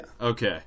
Okay